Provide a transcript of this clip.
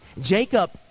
Jacob